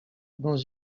dans